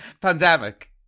pandemic